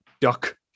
duck